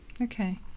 Okay